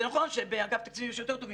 זה נכון שבאגף תקציבים יש יותר טובים